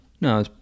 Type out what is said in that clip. no